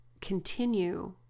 continue